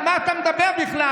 על מה אתה מדבר בכלל?